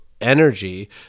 energy